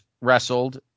wrestled